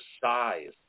size